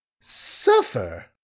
Suffer